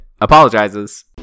apologizes